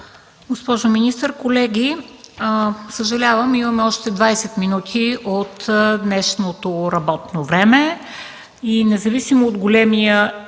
Госпожо министър, колеги, имаме още 20 минути от днешното работно време, но независимо от големия интерес